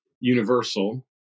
universal